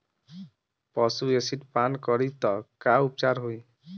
पशु एसिड पान करी त का उपचार होई?